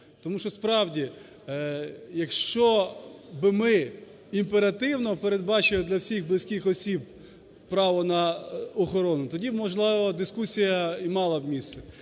Тому що, справді, якщо би ми імперативно передбачили для всіх близьких осіб право на охорону, тоді, можливо, дискусія і мала б місце